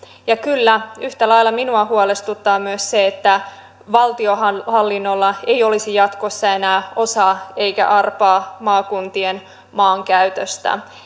kyllä yhtä lailla minua huolestuttaa myös se että valtionhallinnollahan ei olisi jatkossa enää osaa eikä arpaa maakuntien maankäytössä